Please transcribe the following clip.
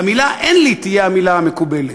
והמילה "אין לי" תהיה המילה המקובלת.